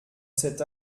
cette